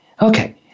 Okay